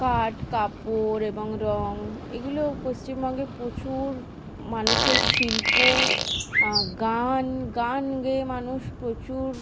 কাঠ কাপড় এবং রঙ এগুলো পশ্চিমবঙ্গে পোচুর মানুষের শিল্প গান গান গেয়ে মানুষ প্রচুর